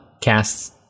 casts